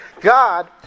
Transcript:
God